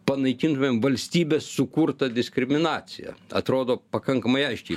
panaikintumėm valstybės sukurtą diskriminaciją atrodo pakankamai aiškiai